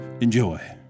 Enjoy